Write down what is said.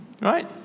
Right